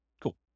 Cool